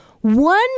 one